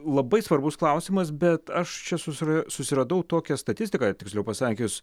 labai svarbus klausimas bet aš čia susi susiradau tokią statistiką tiksliau pasakius